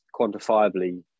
quantifiably